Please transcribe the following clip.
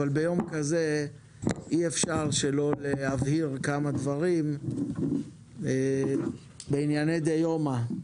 ביום כזה אי אפשר שלא להבהיר כמה דברים בענייני דיומא.